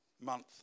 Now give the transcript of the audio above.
month